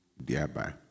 thereby